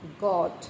God